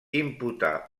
imputar